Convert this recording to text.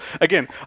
again